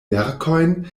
verkojn